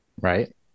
right